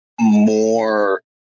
more